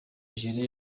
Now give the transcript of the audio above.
algeria